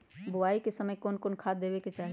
बोआई के समय कौन खाद देवे के चाही?